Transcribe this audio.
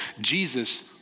Jesus